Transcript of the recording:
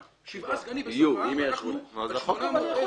שבעה סגנים בשכר ואנחנו עם 800,000 תושבים.